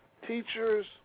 Teachers